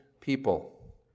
people